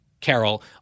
Carol